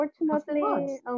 unfortunately